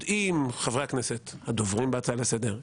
יודעים חברי הכנסת הדוברים בהצעה לסדר,